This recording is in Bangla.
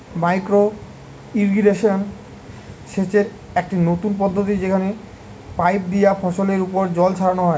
মাইক্রো ইর্রিগেশন সেচের একটি নতুন পদ্ধতি যেখানে পাইপ দিয়া ফসলের ওপর জল ছড়ানো হয়